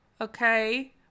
okay